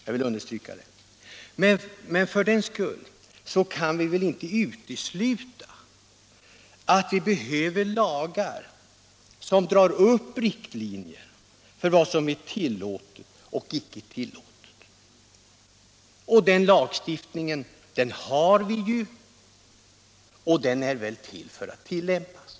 Jag vill understryka det. Men för den skull kan man inte utesluta att vi behöver lagar som drar upp riktlinjerna för vad som är tillåtet och icke tillåtet. Och den lagstiftningen har vi ju, och den är till för att tillämpas.